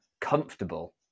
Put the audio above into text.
comfortable